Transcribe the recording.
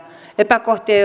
epäkohtia